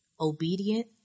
obedient